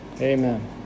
Amen